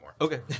Okay